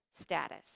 status